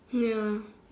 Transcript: ya